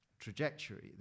trajectory